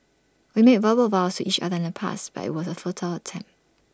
we made verbal vows to each other in the past but IT was A futile attempt